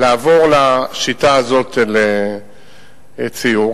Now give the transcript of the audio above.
לעבור לשיטה הזאת, לציור.